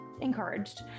encouraged